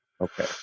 Okay